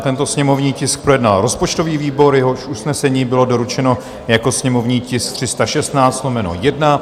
Tento sněmovní tisk projednal rozpočtový výbor, jehož usnesení bylo doručeno jako sněmovní tisk 316/1.